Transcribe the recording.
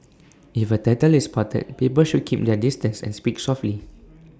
if A turtle is spotted people should keep their distance and speak softly